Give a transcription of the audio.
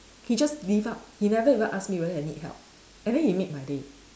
he just lift up he never even ask me whether I need help and then he made my day